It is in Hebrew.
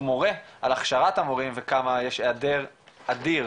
מורה על הכשרת המורים וכמה יש היעדר אדיר